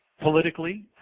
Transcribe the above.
politically,